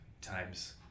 times